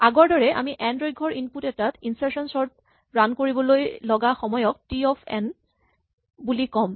আগৰদৰেই আমি এন দৈৰ্ঘ্যৰ ইনপুট এটাত ইনচাৰ্চন চৰ্ট ৰান কৰিবলৈ লগা সময়ক টি অফ এন বুলি ক'ম